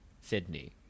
Sydney